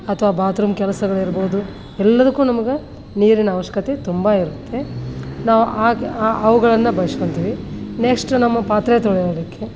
ಅಥ್ವಾ ಬಾತ್ರೂಮ್ ಕೆಲಸಗಳಿರ್ಬೋದು ಎಲ್ಲದಕ್ಕೂ ನಮ್ಗೆ ನೀರಿನ ಅವಶ್ಯಕತೆ ತುಂಬ ಇರುತ್ತೆ ನಾ ಆಗ ಅವುಗಳನ್ನು ಬಳಸ್ಕೊಂತಿವಿ ನೆಕ್ಶ್ಟ್ ನಮ್ಮ ಪಾತ್ರೆ ತೊಳೆಯೋದಕ್ಕೆ